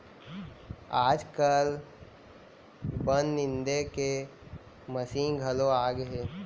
आजकाल बन निंदे के मसीन घलौ आगे हे